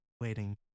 waiting